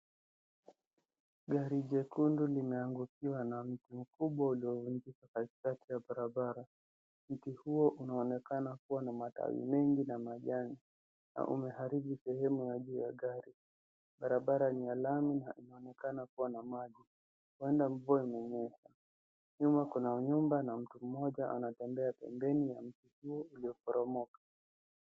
Gari jekundu limeangukiwa na mti mkubwa uliovunjika katikati ya barabara. Mti huo unaonekana kuwa na matawi mengi na majani na umeharibu sehemu ya juu ya gari. Barabara ni ya lami na inaonekana kuwa na maji huenda mvua imenyesha. Nyuma kuna nyumba na mtu mmoja anatembea pembeni ya mti huo ulioporomoka.